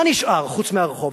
מה נשאר חוץ מהרחוב?